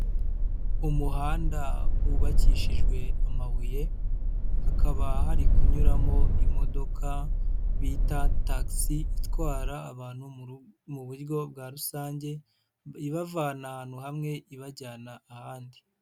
Umuhanda wubakishijwe amabuye, hakaba hari kunyuramo imodoka bita taxi itwara abantu mu buryo bwa rusange, ibavana ahantu hamwe ibajyana ahandi.